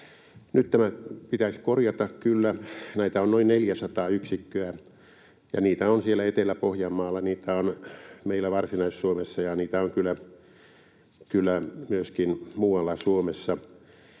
Nyt tämä pitäisi kyllä korjata. Näitä on noin 400 yksikköä, ja niitä on siellä Etelä-Pohjanmaalla, niitä on meillä Varsinais-Suomessa, ja niitä on kyllä myöskin muualla Suomessa.